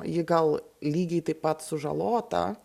ji gal lygiai taip pat sužalota